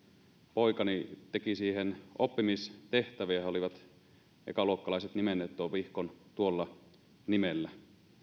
poikani teki siihen oppimistehtäviä ekaluokkalaiset olivat nimenneet tuon vihkon tuolla nimellä